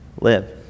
live